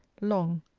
long,